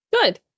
Good